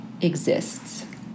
exists